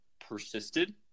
persisted